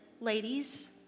ladies